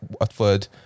Watford